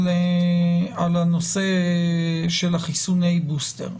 על הנושא של חיסוני הבוסטר,